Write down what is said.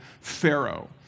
pharaoh